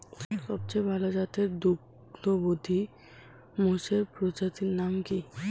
সবচেয়ে ভাল জাতের দুগ্ধবতী মোষের প্রজাতির নাম কি?